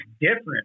different